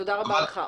תודה רבה לך.